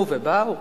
נו, והם באו?